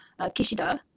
Kishida